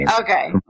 okay